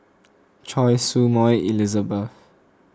Choy Su Moi Elizabeth